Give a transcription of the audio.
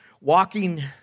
walking